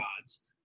gods